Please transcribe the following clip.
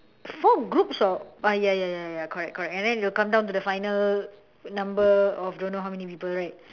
four groups of ya ya ya correct correct then it will come down to the final number of don't know how many people right